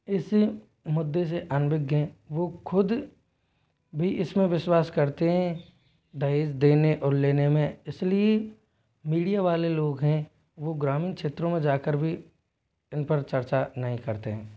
इसी मुद्दे से अनभिज्ञ हैं वो खुद भी इसमें विश्वास करते हैं दहेज देने और लेने में इसलिए मीडिया वाले लोग हैं वो ग्रामीण क्षेत्रों में जा कर भी इन पर चर्चा नहीं करते हैं